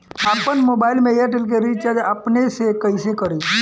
आपन मोबाइल में एयरटेल के रिचार्ज अपने से कइसे करि?